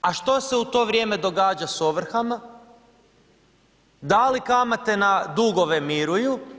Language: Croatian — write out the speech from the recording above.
A što se u to vrijeme događa s ovrhama, da li kamate na dugove miruju?